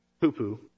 poo-poo